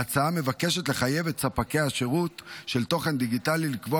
ההצעה מבקשת לחייב את ספקי השירות של תוכן דיגיטלי לקבוע